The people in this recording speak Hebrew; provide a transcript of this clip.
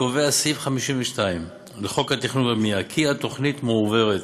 קובע סעיף 52 לחוק התכנון והבנייה כי התוכנית מועברת